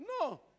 No